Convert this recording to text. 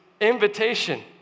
invitation